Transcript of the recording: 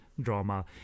drama